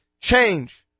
Change